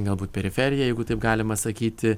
galbūt periferija jeigu taip galima sakyti